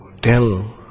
tell